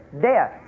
death